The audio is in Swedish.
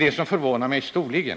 Detta förvånar mig storligen.